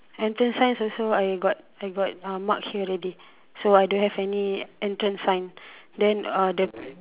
entrance signs also I got I got uh mark here already so I don't have any entrance sign then uh the